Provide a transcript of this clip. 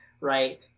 right